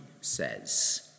says